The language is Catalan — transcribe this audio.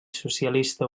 socialista